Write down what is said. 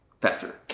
faster